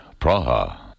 Praha